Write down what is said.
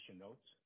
notes